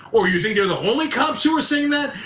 or you think you're the only cops who are saying that?